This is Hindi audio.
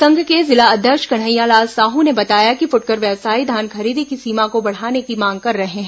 संघ के जिला अध्यक्ष कन्हैयालाल साहू ने बताया कि फुटकर व्यवसायी धान खरीदी की सीमा को बढ़ाने की मांग कर रहे हैं